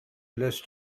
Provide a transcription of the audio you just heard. list